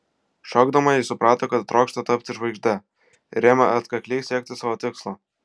šokdama ji suprato kad trokšta tapti žvaigžde ir ėmė atkakliai siekti savo tikslo